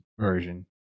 version